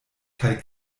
kaj